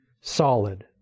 solid